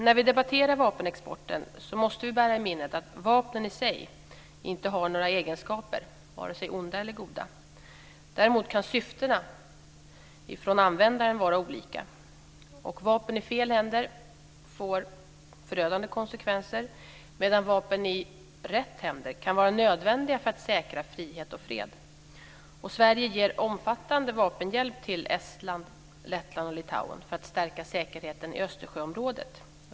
När vi debatterar vapenexporten måste vi bära i minnet att vapen i sig inte har några egenskaper, vare sig onda eller goda. Däremot kan syftena från användaren vara olika. Vapen i fel händer får förödande konsekvenser medan vapen i rätt händer kan vara nödvändiga för att säkra frihet och fred. Sverige ger omfattande vapenhjälp till Estland, Lettland och Litauen för att stärka säkerheten i Östersjöområdet.